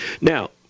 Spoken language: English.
Now